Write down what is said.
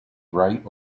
right